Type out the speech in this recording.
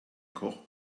koch